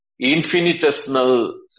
infinitesimal